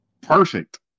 Perfect